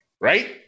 Right